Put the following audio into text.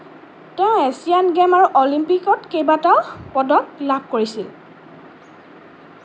তেওঁ Asian game আৰু অলিম্পিকত কেইবাটাও পদক লাভ কৰিছিল